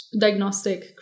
diagnostic